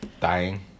Dying